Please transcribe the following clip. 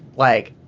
like,